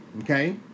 Okay